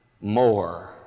more